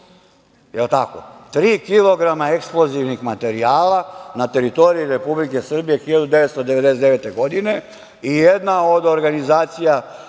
eksplozivnih materijala na teritoriji Republike Srbije 1999. godine, a jedna od organizacija